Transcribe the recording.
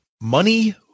Money